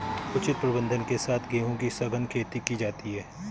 उचित प्रबंधन के साथ गेहूं की सघन खेती की जाती है